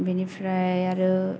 बिनिफ्राय आरो